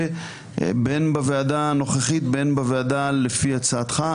בין בוועדה הנוכחית ובין בוועדה לפי הצעתך,